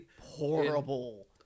horrible